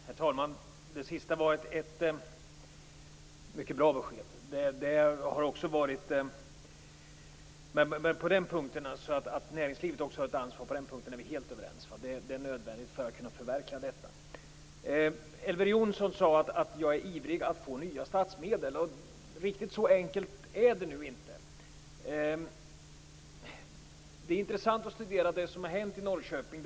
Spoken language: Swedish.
Herr talman! Det sista var ett bra besked. Vi är helt överens om att näringslivet också har ett ansvar. Det är nödvändigt för att kunna förverkliga detta. Elver Jonsson sade att jag är ivrig att få nya statsmedel. Riktigt så enkelt är det inte. Det är intressant att studera vad som har hänt i Norrköping.